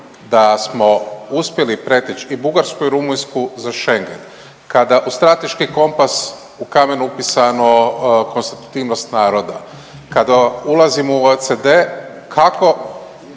da smo uspjeli preteći i Bugarsku i Rumunjsku za Schengen, kada u Strateški kompas u kamen upisano konstitutivnost naroda, kada ulazimo u OECD, kako